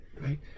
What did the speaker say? right